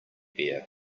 bear